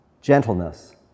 gentleness